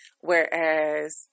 Whereas